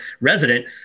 resident